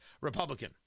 Republican